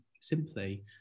simply